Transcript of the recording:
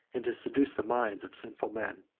and to seduce the minds, of sinful men.